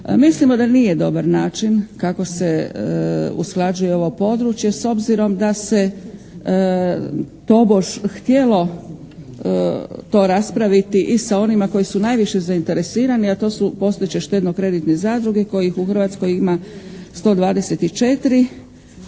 Mislimo da nije dobar način kako se usklađuje ovo područje s obzirom da se tobož htjelo to raspraviti i sa onima koji su najviše zainteresirani a to su postojeće štedno-kreditne zadruge kojih u Hrvatskoj ima 124